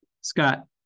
Scott